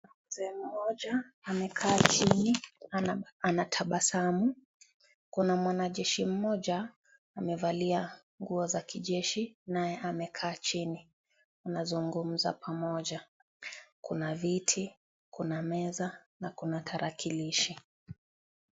Mzee mmoja amekaa chini anatabasamu, kuna mwana jeshi mmoja amevalia nguo za kijeshi naye amekaa chini, wanazungumza pamoja. Kuna viti, kuna meza na kuna tarakilishi.